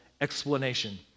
explanation